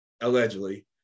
allegedly